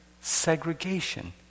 segregation